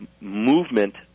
movement